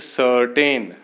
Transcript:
certain